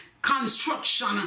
Construction